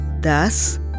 Thus